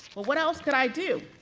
what else could i do.